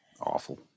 Awful